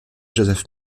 joseph